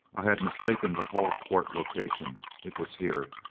i had mistaken the hull port location. it was here.